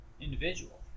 individual